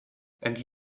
and